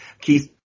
Keith